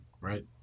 right